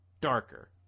darker